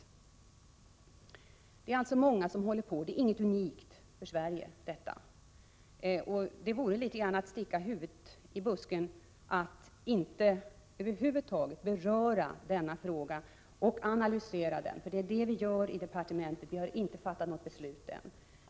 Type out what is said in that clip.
Sverige är således inte unikt, utan det är många länder som tänker i dessa banor. Det vore litet grand att sticka huvudet i busken att över huvud taget inte beröra och analysera denna fråga. Inom departementet arbetar vi med detta, men vi har inte fattat beslut ännu.